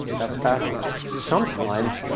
that's backwards. sometimes